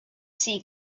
see